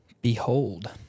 Behold